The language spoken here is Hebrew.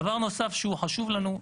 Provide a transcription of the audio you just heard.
דבר נוסף שהוא חשוב לנו,